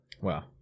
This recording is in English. Wow